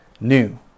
new